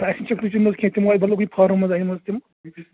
اَسہِ نش چھِکھ نہٕ نِمژٕ کیٚنٛہہ تمو آسہِ بَفَل کُنہِ فارمہِ منٛز انہِ مژٕ تِم